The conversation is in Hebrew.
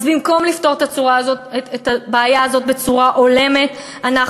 אז במקום לפתור את הבעיה הזאת בצורה הולמת אנחנו